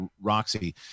Roxy